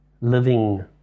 living